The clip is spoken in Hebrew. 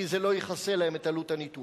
כי זה לא יכסה להם את עלות הניתוח.